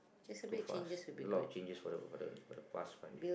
too fast a lot of changes for the for the for the past timing